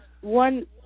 One